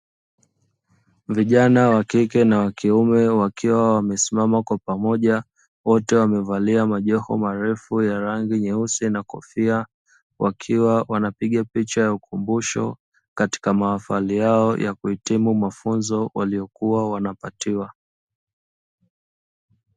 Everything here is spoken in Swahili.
Vijana wa kike na wa kiume wakiwa wamesimama kwa pamoja, wote wamevalia majoho marefu ya rangi nyeusi na kofia, wakiwa wanapiga picha ya ukumbusho katika mahafali yao ya kuhitimu mafunzo waliyokua wanapatiwa.